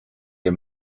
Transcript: der